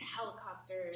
Helicopters